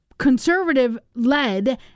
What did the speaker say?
Conservative-led